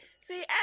See